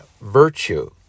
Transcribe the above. virtue